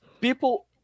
people